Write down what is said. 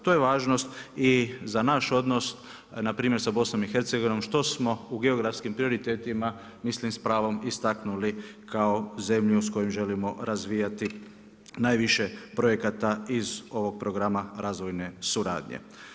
To je važnost i za naš odnos npr. s BIH što smo u geografskim prioritetima mislim s pravom istaknuli kao zemlju s kojom želimo razvijati najviše projekata iz ovog programa razvojne suradnje.